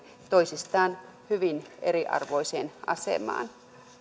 toisistaan hyvin eriarvoiseen asemaan